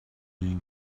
been